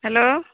hello